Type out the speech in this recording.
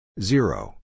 Zero